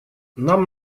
нам